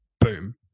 boom